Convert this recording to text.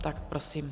Tak prosím.